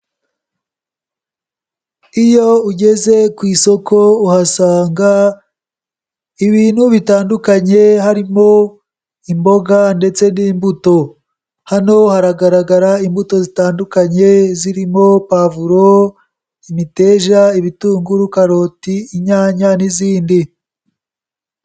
Iyo ugeze ku isoko uhasanga ibintu bitandukanye harimo imboga ndetse n'imbuto. Hano haragaragara imbuto zitandukanye zirimo pavuro, imiteja, ibitunguru, karoti, inyanya n'izindi.